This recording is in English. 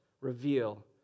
reveal